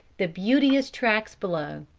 the beauteous tracts below.